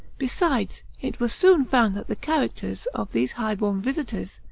besides, it was soon found that the characters of these high-born visitors,